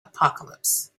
apocalypse